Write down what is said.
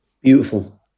Beautiful